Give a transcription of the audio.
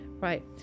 Right